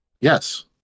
Yes